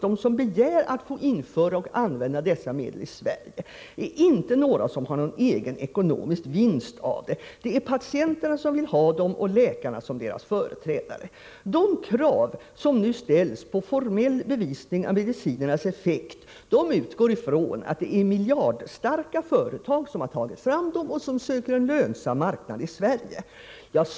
De som begär att få införa och använda dessa medel i Sverige är inte personer som har egen ekonomisk vinst av det —det är patienterna och läkarna som deras företrädare som vill ha dem. De krav som nu ställs på formell bevisning av medicinernas effekt utgår från att det är miljardstarka företag som har tagit fram dem, och som söker en lönsam marknad i Sverige.